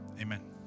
Amen